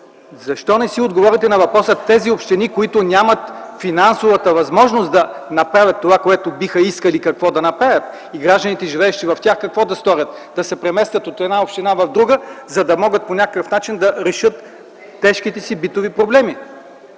Защо не си отговорите на въпроса: тези общини, които нямат финансовата възможност да направят това, което биха искали, какво да направят и гражданите, живеещи в тях, какво да сторят? Да се преместят от една община в друга, за да могат по някакъв начин да решат тежките си битови проблеми?